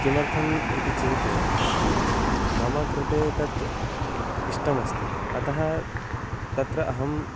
किमर्थम् इति चेत् मम कृते तत् इष्टमस्ति अतः तत्र अहं